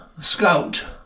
Scout